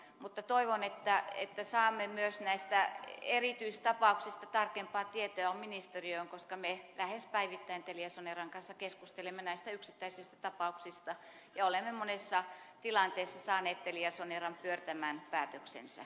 mutta toivon että saamme myös näistä erityistapauksista tarkempaa tietoa ministeriöön koska me lähes päivittäin teliasoneran kanssa keskustelemme näistä yksittäisistä tapauksista ja olemme monessa tilanteessa saaneet teliasoneran pyörtämään päätöksensä